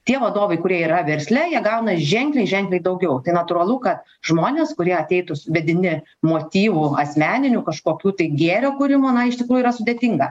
tie vadovai kurie yra versle jie gauna ženkliai ženkliai daugiau tai natūralu kad žmonės kurie ateitų vedini motyvų asmeninių kažkokių tai gėrio kūrimo na iš tikrųjų yra sudėtinga